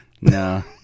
No